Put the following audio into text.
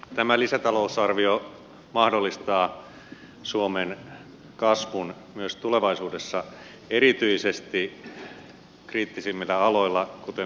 tämä lisätalousarvio mahdollistaa suomen kasvun myös tulevaisuudessa erityisesti kriittisimmillä aloilla kuten meriteollisuudessa